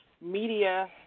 media